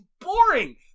boring